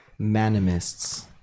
manimists